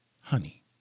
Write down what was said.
honey